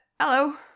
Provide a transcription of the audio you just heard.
Hello